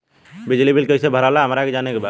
बिजली बिल कईसे भराला हमरा के जाने के बा?